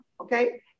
Okay